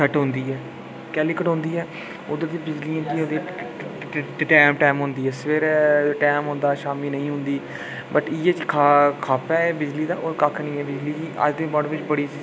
कटोंदी ऐ केह्ली कटोंदी ऐ उद्धर बिजली गै टैम टैम औंदी ऐ सबैह्रे टैम औंदा शामीं नेईं होंदी वट् इ'यै खप्प ऐ बिजली दा होर कक्ख निं ऐ बिजली अज्ज दे इम्पार्टेंट बिच बड़ी